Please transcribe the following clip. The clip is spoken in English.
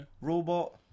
robot